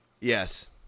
Yes